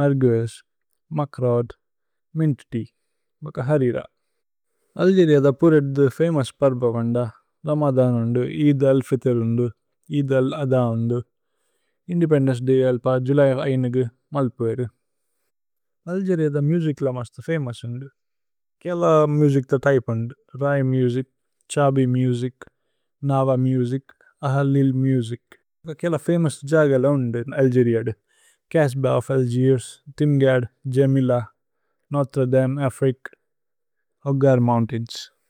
Merguez, മക്രോദ്, mint tea, ബക ഹരിര। അല്ഗേരിഅ ദ പോരേദ്ദു ഫമോഉസ് പര്പ ഗുന്ദ। രമദന് ഉന്ദു, ഏഇദ് അല്-ഫിത്ര് ഉന്ദു, ഏഇദ് അല്-അധ ഉന്ദു। ഇന്ദേപേന്ദേന്ചേ ദയ് അല്പ, ജുലയ് അഞ്ച് ഗു മല്പ് വേരു। അല്ഗേരിഅ ദ മുസിച് ല മസ്ത ഫമോഉസ് ഉന്ദു। കേല മുസിച് ദ ത്യ്പേ ഉന്ദു। ര്ഹ്യ്മേ മുസിച്, ഛ്ഹബി മുസിച്, നവ മുസിച്, അഹലില് മുസിച്। കേല ഫമോഉസ് ജഗല ഉന്ദു ഇന് അല്ഗേരിഅ ദ। Casbah of Algiers, Timgad, Djemila, Notre Dame, Afrique, Hoggar mountains.